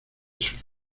sus